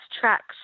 tracks